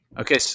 Okay